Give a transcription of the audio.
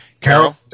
carol